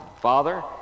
Father